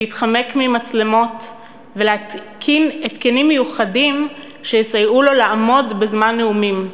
להתחמק ממצלמות ולהתקין התקנים מיוחדים שיסייעו לו לעמוד בזמן נאומים.